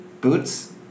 Boots